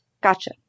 Gotcha